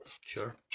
Sure